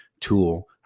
tool